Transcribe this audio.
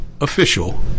official